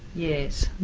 yes,